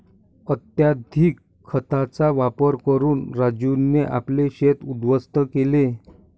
अत्यधिक खतांचा वापर करून राजूने आपले शेत उध्वस्त केले